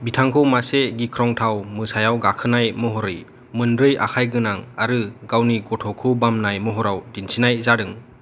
बिथांखौ मासे गिख्रंथाव मोसायाव गाखोनाय महरै मोनब्रै आखाइगोनां आरो गावनि गथ'खौ बामनाय महराव दिन्थिनाय जादों